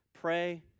pray